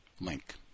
link